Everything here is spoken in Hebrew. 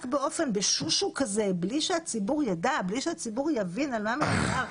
רק ב-שושו כזה בלי שהציבור ידע ובלי שהציבור יבין על מה מדובר?